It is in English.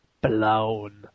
blown